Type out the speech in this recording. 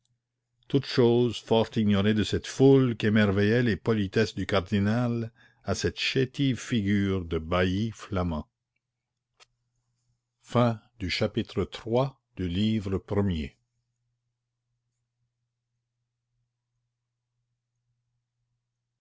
toutes choses fort ignorées de cette foule qu'émerveillaient les politesses du cardinal à cette chétive figure de bailli flamand